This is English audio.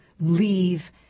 leave